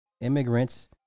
immigrants